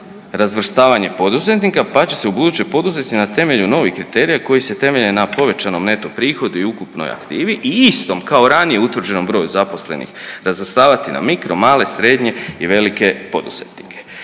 razvrstavanje poduzetnika, pa će se ubuduće poduzetnici na temelju novih kriterija koji se temelje na povećanom neto prihodu i ukupnoj aktivi i istom kao ranije utvrđenom broju zaposlenih razvrstavati na mikro, male, srednje i velike poduzetnike.